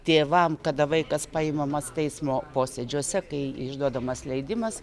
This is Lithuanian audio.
tėvam kada vaikas paimamas teismo posėdžiuose kai išduodamas leidimas